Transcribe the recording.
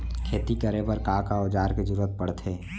खेती करे बर का का औज़ार के जरूरत पढ़थे?